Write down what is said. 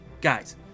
Guys